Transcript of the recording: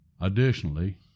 Additionally